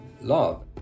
love